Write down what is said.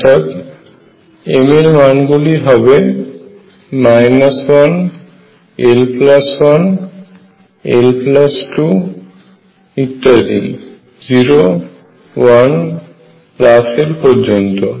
সুতরাং m এর মান গুলি হয় l l1 l2 ইত্যাদি 0 1 l পর্যন্ত